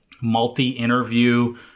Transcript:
multi-interview